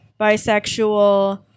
bisexual